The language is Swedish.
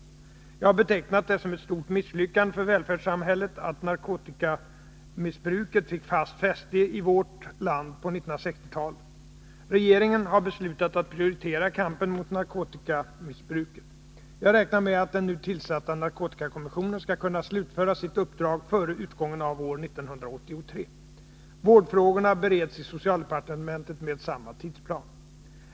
Jag har betecknat det som ett stort misslyckande för välfärdssamhället att narkotikamissbruket fick fäste i vårt land på 1960-talet. Regeringen har beslutat att prioritera kampen mot narkotikamissbruket. Jag räknar med att den nu tillsatta narkotikakommissionen skall kunna slutföra sitt uppdrag före utgången av år 1983. Vårdfrågorna bereds i socialdepartementet med samma tidsplan.